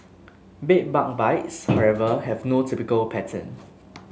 bed bug bites however have no typical pattern